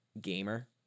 gamer